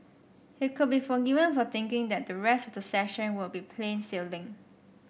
he could be forgiven for thinking that the rest of the session would be plain sailing